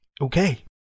okay